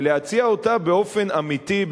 ולהציע אותה באופן אמיתי,